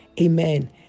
amen